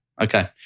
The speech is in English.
Okay